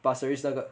pasir ris 那个